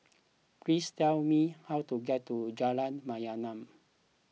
please tell me how to get to Jalan Mayaanam